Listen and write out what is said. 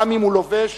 גם אם הוא לובש